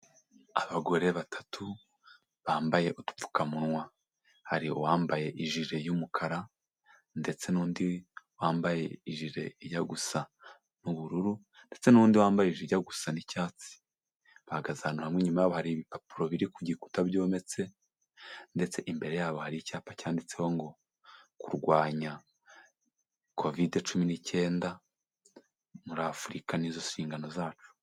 Abagore batatu bambaye udupfukamunwa, hari uwambaye ijire y'umukara ndetse n'undi wambaye ijire ijya gusa n'ubururu ndetse n'undi wambaye ijya gusa n'icyatsi, bahagaze ahantu hamwe inyuma yabo hari ibipapuro biri ku gikuta byometse ndetse imbere yabo hari icyapa cyanditseho ngo: "kurwanya Covid cumi n'icyenda muri Afurika ni zo nshingano zacu."